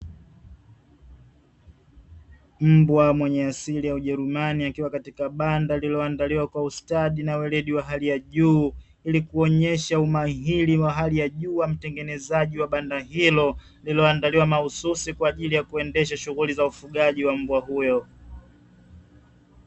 Mbwa mwenye asili ya Ujerumani akiwa katika banda lililoandaliwa kwa ustadi na weledi wa hali ya juu, ili kuonyesha umahiri. Mahali pa jua, mtengenezaji wa banda hilo aliandaa kwa mahususi kwa ajili ya kuendesha shughuli za ufugaji wa mbwa huyo.